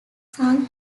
sung